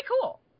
cool